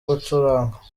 gucuranga